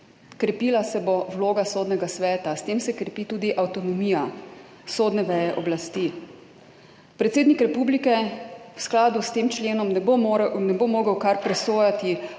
Krepila se bo vloga Sodnega sveta, s tem se krepi tudi avtonomija sodne veje oblasti. Predsednik republike v skladu s tem členom ne bo mogel kar presojati,